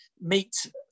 meet